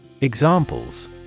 Examples